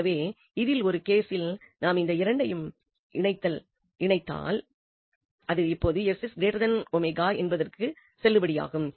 எனவே இதில் ஒரு கேசில் நாம் இந்த இரண்டையும் இணைத்தால் இது இப்பொழுது sw என்பதற்கு செல்லுபடியாகும்